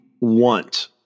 want